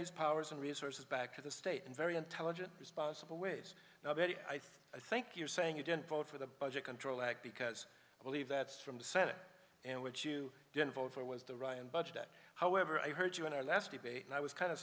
these powers and resources back to the state in very intelligent responsible ways nobody i think i think you're saying you didn't vote for the budget control act because i believe that's from the senate and what you didn't vote for was the ryan budget however i heard you in our last debate and i was kind